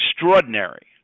extraordinary